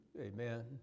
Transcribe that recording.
Amen